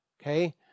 Okay